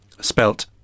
spelt